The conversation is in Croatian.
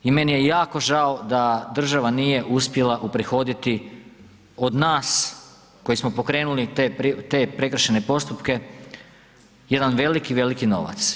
I meni je jako žao da država nije uspjela uprihoditi od nas koji smo pokrenuli te prekršajne postupke jedan veliki, veliki novac.